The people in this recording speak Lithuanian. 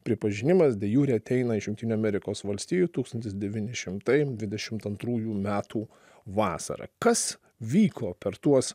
pripažinimas de jure ateina iš jungtinių amerikos valstijų tūkstantis devyni šimtai dvidešimt antrųjų metų vasarą kas vyko per tuos